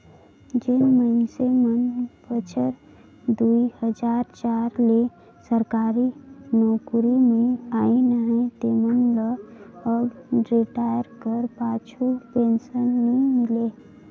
जेन मइनसे मन बछर दुई हजार चार ले सरकारी नउकरी में अइन अहें तेमन ल अब रिटायर कर पाछू पेंसन नी मिले